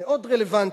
מאוד רלוונטי.